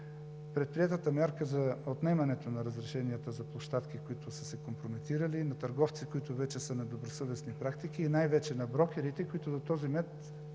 Предприетата мярка за отнемането на разрешенията за площадки, които са се компрометирали, на търговци, които вече са с недобросъвестни практики и най-вече на брокерите, които до този момент